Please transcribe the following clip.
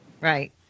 Right